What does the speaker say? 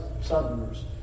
Southerners